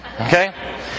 Okay